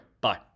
Bye